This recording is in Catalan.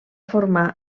formar